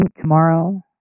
tomorrow